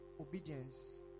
Obedience